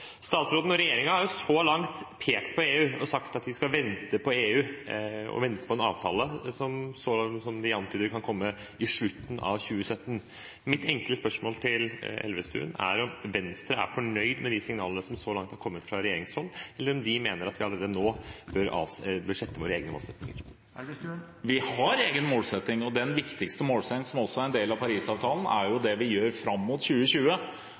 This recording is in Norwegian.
Statsråden og regjeringen har så langt pekt på EU og sagt at vi skal vente på EU og vente på en avtale, som de antyder kan komme i slutten av 2017. Mitt enkle spørsmål til Elvestuen er om Venstre er fornøyd med de signalene som er kommet fra regjeringshold, eller om de mener at vi allerede nå bør sette våre egne målsettinger. Vi har en egen målsetting. Den viktigste målsettingen, som også er en del av Paris-avtalen, dreier seg om det vi gjør fram mot 2020.